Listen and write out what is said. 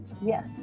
Yes